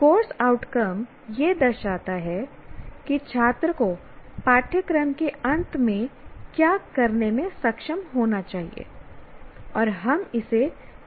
course outcome यह दर्शाता है कि छात्र को पाठ्यक्रम के अंत में क्या करने में सक्षम होना चाहिए और हम इसे CO कहते हैं